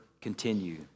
continue